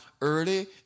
early